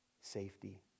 safety